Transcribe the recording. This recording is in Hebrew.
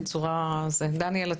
דניאל,